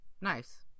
nice